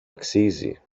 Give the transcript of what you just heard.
αξίζει